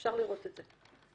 אפרש לראות את זה.